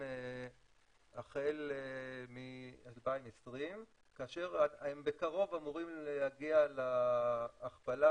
החל מ-2020 כאשר הם בקרוב אמורים להגיע להכפלה,